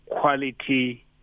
quality